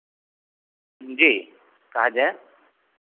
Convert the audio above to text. जी कहा जाए